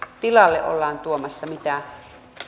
tilalle ollaan tuomassa mitä